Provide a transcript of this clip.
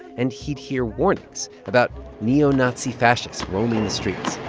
and he'd hear warnings about neo-nazi fascists roaming the streets